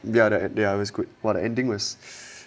ya ya is good !wah! the ending was